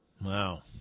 Wow